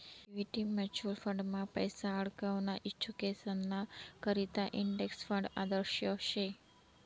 equity mutual फंडमा पैसा आडकवाना इच्छुकेसना करता इंडेक्स फंड आदर्श शे